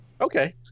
Okay